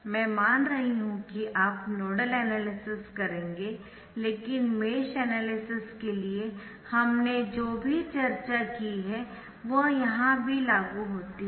मैं मान रही हूं कि आप नोडल एनालिसिस करेंगे लेकिन मेश एनालिसिस के लिए हमने जो भी चर्चा की वह यहां भी लागू होती है